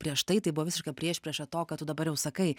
prieš tai tai buvo visiška priešprieša to kad tu dabar jau sakai